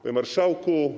Panie Marszałku!